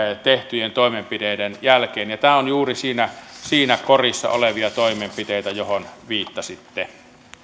tehtyjen toimenpiteiden jälkeen tämä on juuri siinä siinä korissa olevia toimenpiteitä johon viittasitte